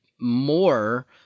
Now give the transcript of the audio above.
more